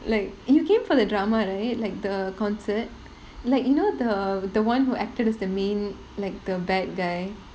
like you came for the drama right like the concert like you know the the [one] who acted as the main like the bad guy